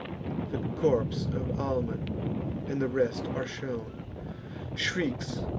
the corps of almon and the rest are shown shrieks,